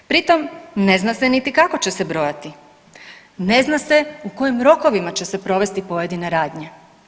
Pritom ne zna se niti kako će se brojati, ne zna se u kojem rokovima će se provesti pojedine radnje.